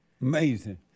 Amazing